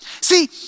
See